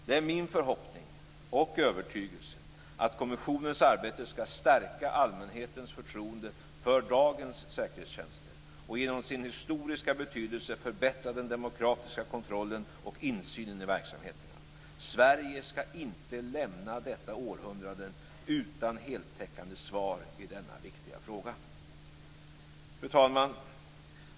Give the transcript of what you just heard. Det är min förhoppning och övertygelse att kommissionens arbete skall stärka allmänhetens förtroende för dagens säkerhetstjänster och genom sin historiska betydelse förbättra den demokratiska kontrollen och insynen i verksamheterna. Sverige skall inte lämna detta århundrade utan heltäckande svar i denna viktiga fråga. Fru talman!